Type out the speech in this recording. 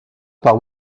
par